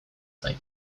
zait